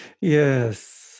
Yes